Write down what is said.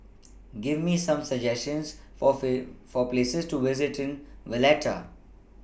Give Me Some suggestions For Places to visit in Valletta